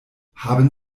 haben